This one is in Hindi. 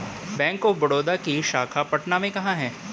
बैंक ऑफ बड़ौदा की शाखा पटना में कहाँ है?